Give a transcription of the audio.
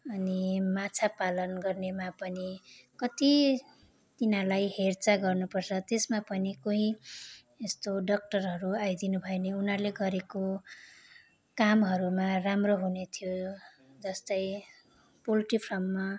अनि माछा पालन गर्नेमा पनि कत्ति यिनीहरूलाई हेरचाह गर्नुपर्छ त्यसमा पनि कोही यस्तो डक्टरहरू आइदिनु भयो भने उनीहरूले गरेको कामहरूमा राम्रो हुने थियो जस्तै पोल्ट्री फार्ममा